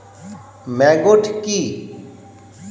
Maggot কি?